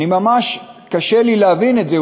ממש קשה לי להבין את זה.